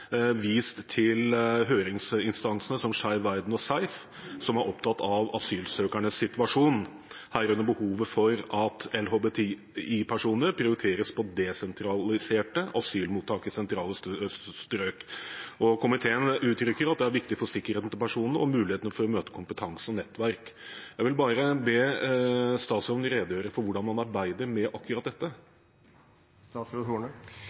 vist til høringsinstansene som Skeiv Verden og SEIF, som er opptatt av asylsøkernes situasjon, herunder behovet for at LHBTI-personer prioriteres på desentraliserte asylmottak i sentrale strøk. Komiteen uttrykker at det er viktig for sikkerheten til personene og muligheten for å møte kompetanse og nettverk. Jeg vil be statsråden redegjøre for hvordan man arbeider med akkurat dette.